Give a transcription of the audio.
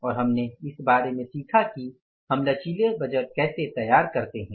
और हमने इस बारे में सीखा कि हम लचीले बजट कैसे तैयार करते हैं